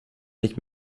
nicht